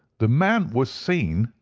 the man was seen,